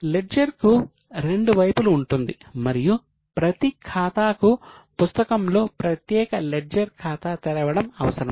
ledger కు రెండు వైపులు ఉంటుంది మరియు ప్రతి ఖాతాకు పుస్తకంలో ప్రత్యేక లెడ్జర్ ఖాతా తెరవడం అవసరం